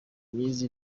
myiza